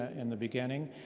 in the beginning.